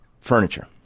furniture